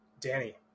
Danny